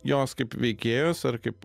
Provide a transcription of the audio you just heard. jos kaip veikėjos ar kaip